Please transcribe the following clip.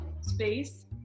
space